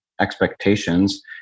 expectations